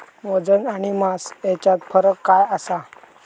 वजन आणि मास हेच्यात फरक काय आसा?